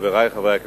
חברי חברי הכנסת,